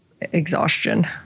exhaustion